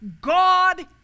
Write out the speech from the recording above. God